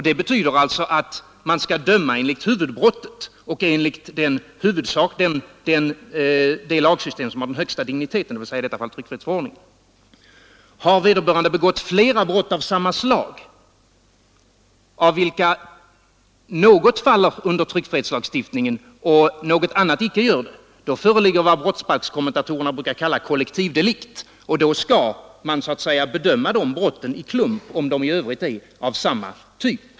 Det betyder att man skall döma för huvudbrottet och enligt det lagsystem som har den högsta digniteten, dvs. i detta fall tryckfrihetsförordningen. Har, för det tredje, vederbörande begått flera brott av samma slag — av vilka något faller under tryckfrihetslagstiftningen och något annat icke gör det — föreligger vad brottsbalkskommentatorerna brukar kalla kollektivdelikt. Då skall man bedöma de brotten i klump om de i övrigt är av samma typ.